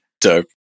Dope